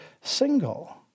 single